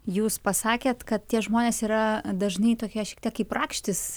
jūs pasakėt kad tie žmonės yra dažnai tokie šiek tiek kaip rakštys